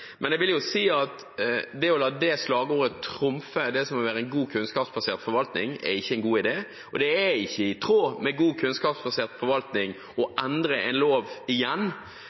men jeg vil si at å la det slagordet trumfe det som vil være en god, kunnskapsbasert forvaltning, ikke er en god idé. Det er ikke i tråd med god, kunnskapsbasert forvaltning å endre en lov igjen